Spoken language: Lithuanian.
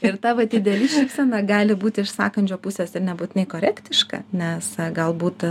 ir ta vat ideali elgsena gali būti iš sąkandžio pusės ir nebūtinai korektiška nes galbūt